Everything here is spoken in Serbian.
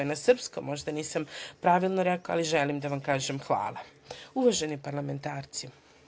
Možda nisam pravilno rekao, ali želim da vam kažem hvala uvaženi parlamentarci.